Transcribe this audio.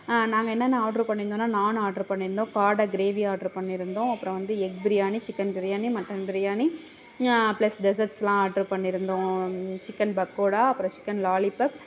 நாங்கள் என்னென்ன ஆர்ட்ரு பண்ணியிருந்தோனா நான் ஆர்ட்ரு பண்ணியிருந்தோம் காடை கிரேவி ஆர்ட்ரு பண்ணியிருந்தோம் அப்புறம் egg biryani chicken biryani mutton biryani plus டேசெசட்ஸ்லாம் ஆர்ட்ரு பண்ணிருந்தோம் சிக்கன் பக்கோடா அப்பறம் சிக்கன் லாலிப்பப்